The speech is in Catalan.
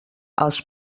als